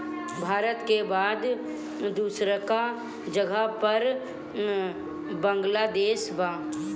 भारत के बाद दूसरका जगह पर बांग्लादेश बा